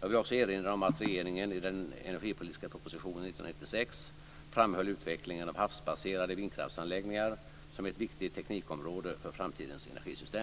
Jag vill också erinra om att regeringen i den energipolitiska propositionen 1996 framhöll utvecklingen av havsbaserade vindkraftsanläggningar som ett viktigt teknikområde för framtidens energisystem.